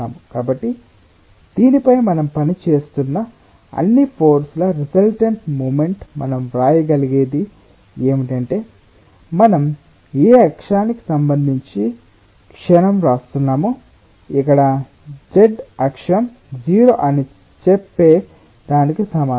కాబట్టి దీనిపై మనం పనిచేస్తున్న అన్ని ఫోర్స్ ల రిసల్టెంట్ మూమెంట్ మనం వ్రాయగలిగేది ఏమిటంటే మనం ఏ అక్షానికి సంబంధించి క్షణం వ్రాస్తున్నామో ఇక్కడ z అక్షం 0 అని చెప్పే దానికి సమానం